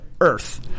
Earth